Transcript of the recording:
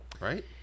Right